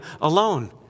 alone